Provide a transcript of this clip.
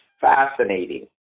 fascinating